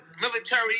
military